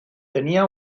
tenía